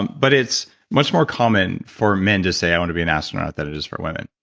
but it's much more common for men to say i want to be an astronaut than it is for women.